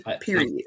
period